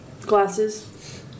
Glasses